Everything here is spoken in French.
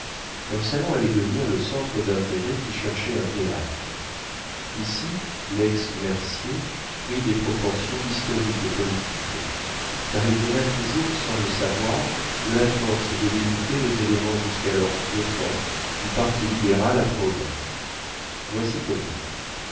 leur salon allait devenir le centre d'intérêts qui cherchaient un théâtre ici lex mercier prit des proportions historiques et politiques car il donna toujours sans le savoir de la force et de l'unité aux éléments jusqu'alors flottants du parti libéral à provins voici comment